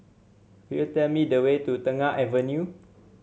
could you tell me the way to Tengah Avenue